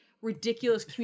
ridiculous